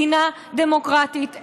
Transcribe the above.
מדינה דמוקרטית,